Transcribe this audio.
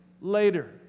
later